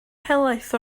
helaeth